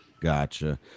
gotcha